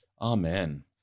Amen